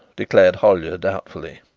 declared hollyer doubtfully.